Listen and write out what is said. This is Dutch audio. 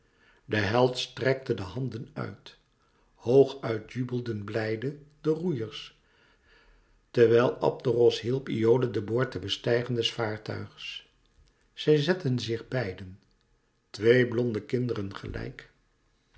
de held strekte de handen uit hoog uit jubelden blijde de roeiers terwijl abderos hielp iole den boord te bestijgen des vaartuigs zij zetten zich beiden twee blonde kinderen gelijk